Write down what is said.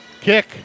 kick